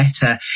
better